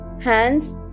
hands